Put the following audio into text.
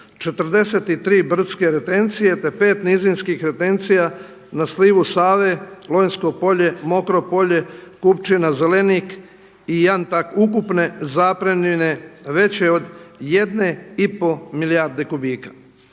43 brdske retencije te 5 nizinskih retencija na slivu Save, Lonjsko polje, Mokro polje, Kupčina, Zelenik i Jantak ukupne zapremnine veće od jedne i pol milijarde kubika.